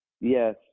yes